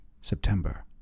September